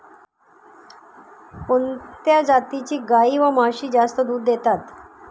कोणत्या जातीच्या गाई व म्हशी जास्त दूध देतात?